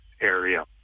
area